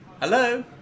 Hello